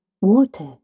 water